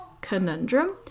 conundrum